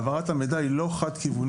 העברת המידע היא לא חד-כיוונית.